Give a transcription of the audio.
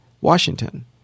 Washington